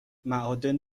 معادن